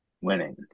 Winning